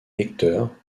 lecteurs